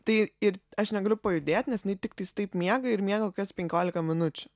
tai ir aš negaliu pajudėt nes jinai tiktais taip miega ir miega kokias penkiolika minučių